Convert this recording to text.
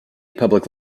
public